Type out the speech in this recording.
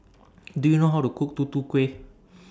Do YOU know How to Cook Tutu Kueh